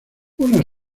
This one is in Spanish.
una